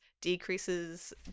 decreases